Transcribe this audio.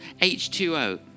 H2O